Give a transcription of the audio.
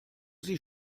sie